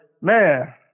man